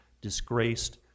disgraced